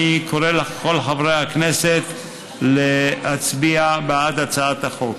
אני קורא לכל חברי הכנסת להצביע בעד הצעת החוק.